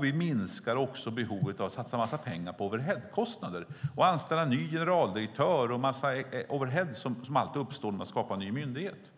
Vi minskar också behovet av att satsa en massa pengar på overheadkostnader och på att anställa en ny generaldirektör som alltid uppstår när man skapar en ny myndighet.